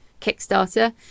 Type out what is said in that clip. Kickstarter